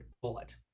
bullet